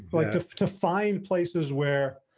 like to to find places where,